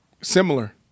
Similar